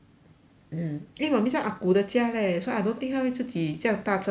mm 因为 mummy 在阿姑的家 leh so I don't think 她会自己这样搭车回来 bah